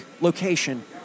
location